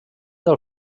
del